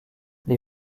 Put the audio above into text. les